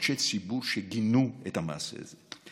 אנשי ציבור שגינו את המעשה הזה.